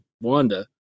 Wanda